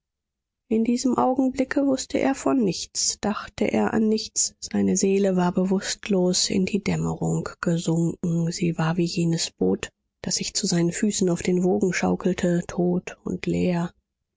in diesem augenblicke wußte er von nichts dachte er an nichts seine seele war bewußtlos in die dämmerung gesunken sie war wie jenes boot das sich zu seinen füßen auf den wogen schaukelte tot und leer